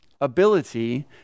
ability